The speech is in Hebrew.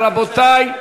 רבותי,